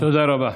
תודה רבה.